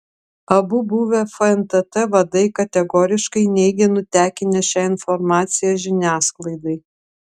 abu buvę fntt vadai kategoriškai neigia nutekinę šią informaciją žiniasklaidai